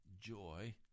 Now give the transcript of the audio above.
Joy